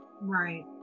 Right